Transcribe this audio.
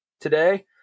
today